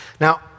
Now